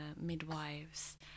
midwives